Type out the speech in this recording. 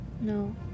No